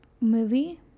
movie